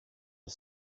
are